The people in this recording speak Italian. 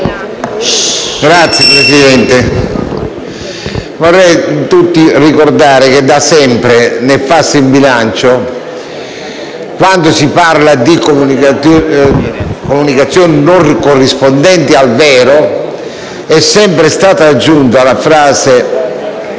Signora Presidente, vorrei ricordare a tutti che da sempre nel falso in bilancio, quando si parla di comunicazioni non rispondenti al vero, è sempre stata aggiunta la frase